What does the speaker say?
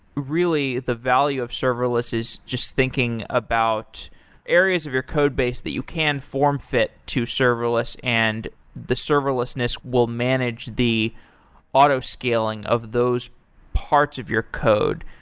really, the value of serverless is just thinking about areas of your codebase that you can form-fit to serverless and the serverlessnes will manage the auto scaling of those parts of your code.